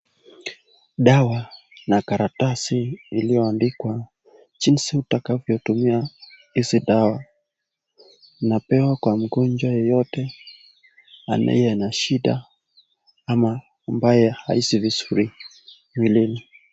Dawa na karatasi ilioandikwa jinsi utakavyotumia hizi dawa. Inapewa kwa mgonjwa yeyote aliyena shida ama ambaye hahisi vizuri vilivyo.